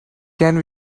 can